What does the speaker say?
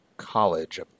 college